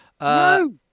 No